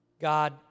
God